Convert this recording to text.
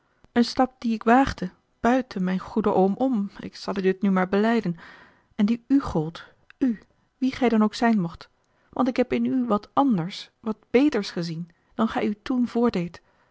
een stap dien ik waagde buiten mijn goede oom om ik zal u dit nu maar belijden en die u gold u wie gij dan ook zijn mocht want ik heb in u wat anders wat beters gezien dan gij u toen voordeedt